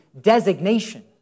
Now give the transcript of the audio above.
designation